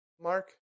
mark